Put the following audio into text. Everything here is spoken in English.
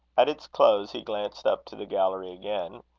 at its close he glanced up to the gallery again,